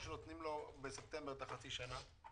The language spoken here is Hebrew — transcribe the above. או נותנים לו בספטמבר את החצי שנה?